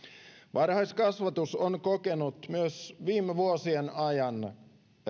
varhaiskasvatus on kokenut myös viime vuosien ajan